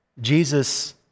Jesus